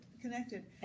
connected